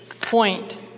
point